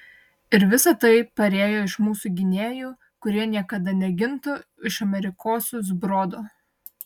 ir visa tai parėjo iš mūsų gynėjų kurie niekada negintų iš amerikosų zbrodo